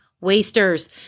wasters